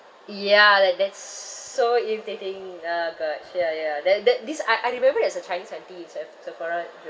ya that that's s~ so irritating ah gosh ya ya there that this I I remember there's a chinese auntie in seph~ sephora